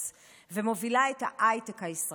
ומובילה את ההייטק הישראלי.